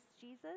Jesus